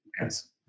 Yes